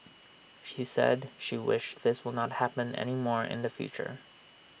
she said she wished this will not happen anymore in the future